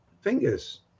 fingers